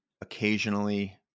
occasionally